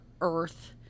earth